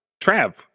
trav